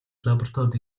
лабораторид